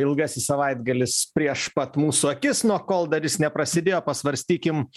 ilgasis savaitgalis prieš pat mūsų akis na o kol dar jis neprasidėjo pasvarstykim